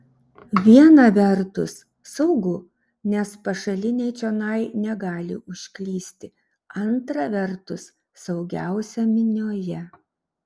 viena vertus saugu nes pašaliniai čionai negali užklysti antra vertus saugiausia minioje